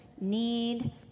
need